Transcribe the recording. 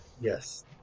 Yes